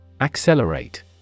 Accelerate